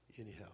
anyhow